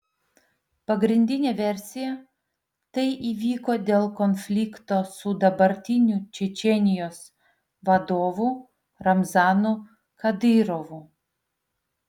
pagrindinė versija tai įvyko dėl konflikto su dabartiniu čečėnijos vadovu ramzanu kadyrovu